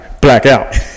Blackout